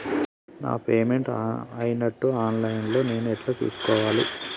నా పేమెంట్ అయినట్టు online లా నేను ఎట్ల చూస్కోవాలే?